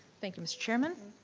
thank you mr. chairman.